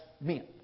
meant